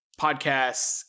podcasts